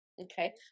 Okay